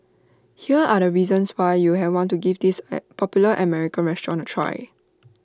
here are the reasons why you have want to give this popular American restaurant A try